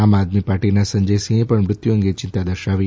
આમ આદમી પાર્ટીના સંજયસિંહે પણ મૃત્યુ અંગે ચિંતા દર્શાવી